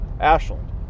Ashland